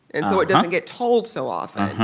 and so it doesn't get told so often.